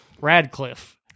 Radcliffe